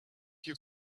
you